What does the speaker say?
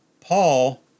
Paul